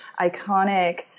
iconic